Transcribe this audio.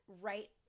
right